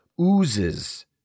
oozes